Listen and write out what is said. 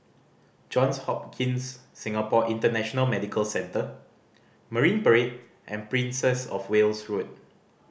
Johns Hopkins Singapore International Medical Centre Marine Parade and Princess Of Wales Road